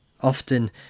often